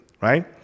right